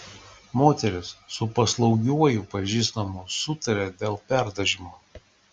moteris su paslaugiuoju pažįstamu sutarė dėl perdažymo